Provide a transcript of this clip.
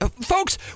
Folks